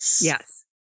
Yes